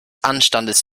anstandes